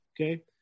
Okay